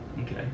okay